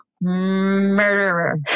murderer